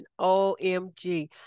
OMG